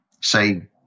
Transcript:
say